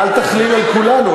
אל תכליל על כולנו.